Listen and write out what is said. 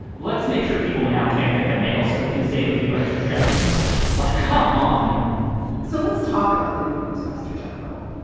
let's make sure people now can't get their mail so we can save a few extra shekels like come and um on so let's talk about the new postmaster general.